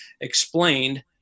explained